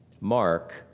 Mark